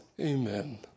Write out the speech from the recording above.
amen